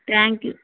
thank you